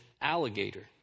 alligator